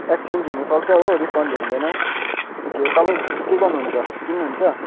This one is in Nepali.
एक्सचेन्ज हुनुसक्छ हो रिफन्ड हुँदैन त्यति हो तपाईँ के गर्नुहुन्छ किन्नु हुन्छ